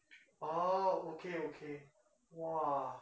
oh okay okay !wah!